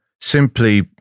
simply